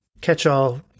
catch-all